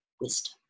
wisdom